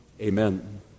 amen